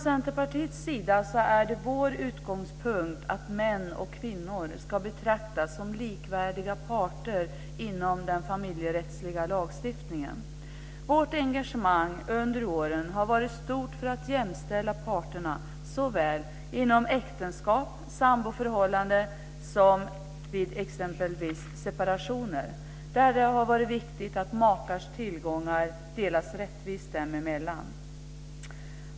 Centerpartiets utgångspunkt är att män och kvinnor ska betraktas som likvärdiga parter inom den familjerättsliga lagstiftningen. Vårt engagemang under åren har varit stort för att jämställa parterna såväl inom äktenskap och samboförhållande som vid exempelvis separationer, där det har varit viktigt att makars tillgångar delas rättvist dem emellan.